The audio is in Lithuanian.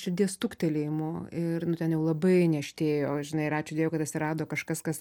širdies stuktelėjimu ir nu ten jau labai niežtėjo žinai ir ačiū dievui atsirado kažkas kas